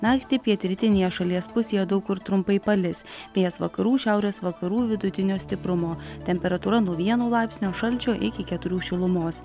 naktį pietrytinėje šalies pusėje daug kur trumpai palis vėjas vakarų šiaurės vakarų vidutinio stiprumo temperatūra nuo vieno laipsnio šalčio iki keturių šilumos